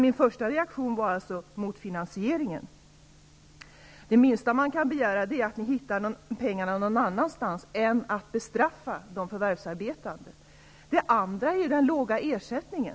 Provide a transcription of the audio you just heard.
Min första reaktion gällde alltså finansieringen. Det minsta man kan begära är att ni hittar pengarna någon annanstans och inte bestraffar de förvärvsarbetande. Det andra jag reagerade på var den låga ersättningen.